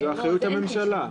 זו אחריות הממשלה.